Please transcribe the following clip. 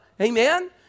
Amen